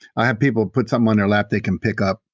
i have people put something on their lap they can pick up.